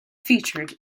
featured